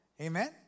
Amen